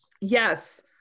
yes